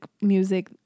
music